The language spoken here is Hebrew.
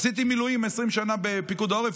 עשיתי מילואים 20 שנה בפיקוד העורף,